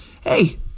Hey